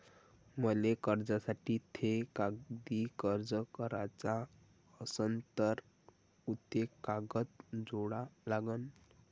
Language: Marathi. मले कर्जासाठी थे कागदी अर्ज कराचा असन तर कुंते कागद जोडा लागन?